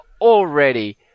already